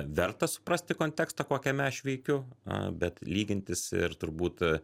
verta suprasti kontekstą kokiame aš veikiu bet lygintis ir turbūt